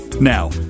Now